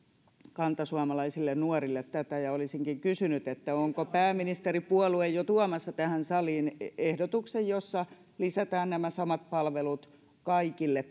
kantasuomalaisille nuorille tätä ja olisinkin kysynyt onko pääministeripuolue jo tuomassa tähän saliin ehdotuksen jossa lisätään nämä samat palvelut kaikille